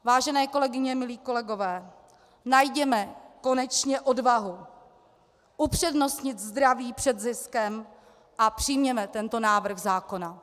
Vážené kolegyně, milí kolegové, najděme konečně odvahu upřednostnit zdraví před ziskem a přijměme tento návrh zákona.